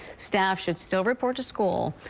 staff should still report to school.